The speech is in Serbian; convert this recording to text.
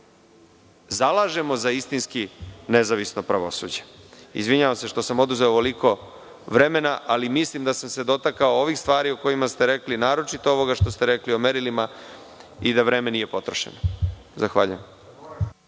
zalažemo za istinski nezavisno pravosuđe. Izvinjavam se što samo oduzeo ovoliko vremena, ali mislim da sam se dotakao ovih stvari o kojima ste rekli. Naročito, ovoga što ste rekli o merilima i da vreme nije potrošeno. Zahvaljujem.